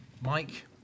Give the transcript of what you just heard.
Mike